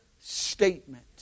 statement